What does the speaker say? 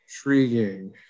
intriguing